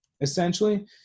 essentially